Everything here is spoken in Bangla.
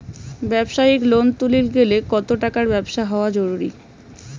ব্যবসায়িক লোন তুলির গেলে কতো টাকার ব্যবসা হওয়া জরুরি?